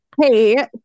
hey